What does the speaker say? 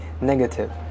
negative